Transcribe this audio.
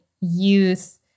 youth